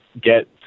get